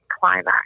climax